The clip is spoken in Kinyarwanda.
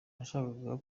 nashakaga